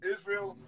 Israel